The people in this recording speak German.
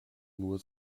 nur